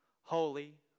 holy